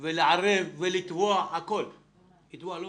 לערב ולתבוע את